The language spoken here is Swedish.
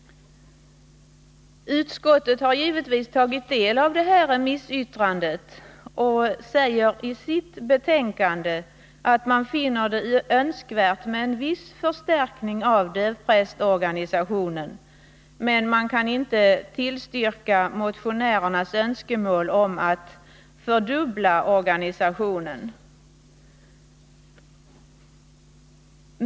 Utskottet har givetvis tagit del av remissyttrandet och säger i sitt betänkande att man finner det önskvärt med en viss förstärkning av dövprästorganisationen, men man kan inte tillstyrka motionärernas önskemål om att fördubbla organisationen.